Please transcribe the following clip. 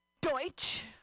Deutsch